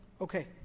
okay